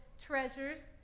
treasures